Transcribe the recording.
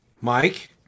Mike